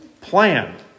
plan